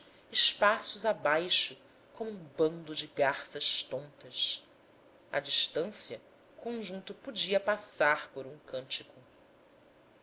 espaços a baixo como um bando de garças tontas a distancia o conjunto podia passar por um cântico